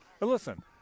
listen